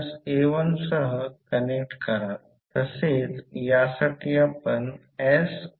तर हे व्होल्टेज 10 अस्तित्वात आहे हे एक समीकरण आहे त्याचप्रमाणे दुसर्यासाठी हा दुसरा लूप आहे आणि यासारखे कव्हर करत आहे